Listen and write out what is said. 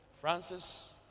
Francis